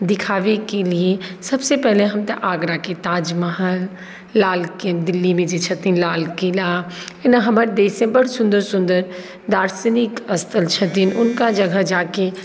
दिखाबैके लिये सभसँ पहिले हम तऽ आगराके ताजमहल लाल कि दिल्लीमे जे छथिन लाल किला एहिना हमर देशमे बड़ सुन्दर सुन्दर दार्शनिक स्थल छथिन हुनका जगह जाके